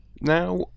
Now